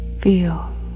Feel